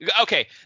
okay